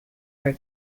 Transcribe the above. were